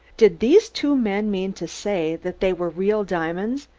did these two men mean to say that they were real diamonds,